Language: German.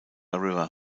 river